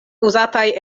uzataj